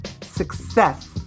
success